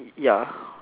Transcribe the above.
ya